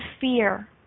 fear